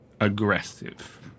aggressive